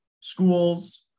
schools